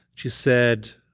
she said,